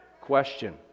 question